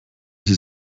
sie